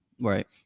Right